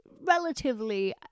relatively